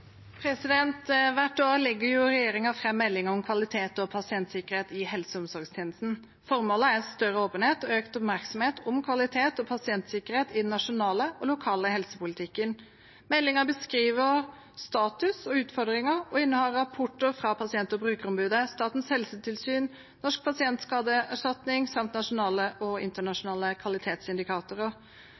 Hvert år legger regjeringen fram melding om kvalitet og pasientsikkerhet i helse- og omsorgstjenesten. Formålet er større åpenhet og økt oppmerksomhet om kvalitet og pasientsikkerhet i den nasjonale og lokale helsepolitikken. Meldingen beskriver status og utfordringer og inneholder rapporter fra pasient- og brukerombudene, Statens helsetilsyn, Norsk pasientskadeerstatning samt nasjonale og internasjonale kvalitetsindikatorer.